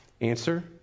Answer